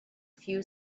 few